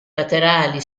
laterali